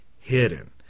hidden